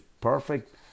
perfect